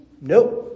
Nope